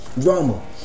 Drama